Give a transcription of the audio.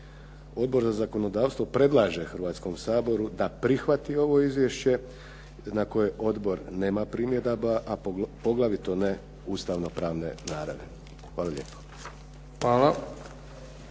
Odbor za zakonodavstvo predlaže Hrvatskom saboru da prihvati ovo izvješće na koje odbor nema primjedaba a poglavito ne ustavno-pravne naravi. Hvala lijepo.